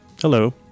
Hello